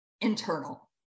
internal